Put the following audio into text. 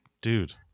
dude